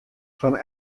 fan